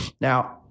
Now